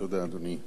תודה, אדוני.